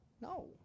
No